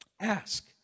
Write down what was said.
ask